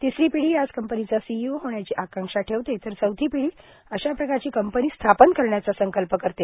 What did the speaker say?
तिसरी पिढी याच कंपनीचा सीईओ होण्याची आकांक्षा ठेवते तर चौथी पिढी अशा प्रकारची कंपनी स्थापन करण्याचा संकल्प करते